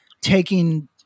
taking